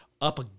up